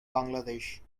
bangladesh